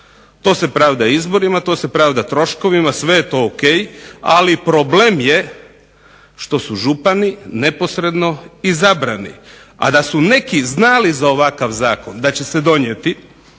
To se pravda izborima. To se pravda troškovima. Sve je to o.k. ali problem je što su župani neposredno izabrani, a da su neki znali za ovakav zakon da će se donijeti